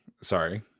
Sorry